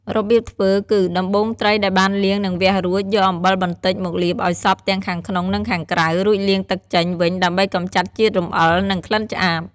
របៀបធ្វើគឺ ដំបូងត្រីដែលបានលាង និងវះរួច យកអំបិលបន្តិចមកលាបឲ្យសព្វទាំងខាងក្នុង និងខាងក្រៅ រួចលាងទឹកចេញវិញដើម្បីកម្ចាត់ជាតិរំអិល និងក្លិនឆ្អាប។